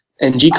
ng